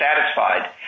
satisfied